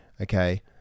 Okay